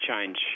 change